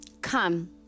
Come